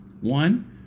One